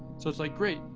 so it's like, great,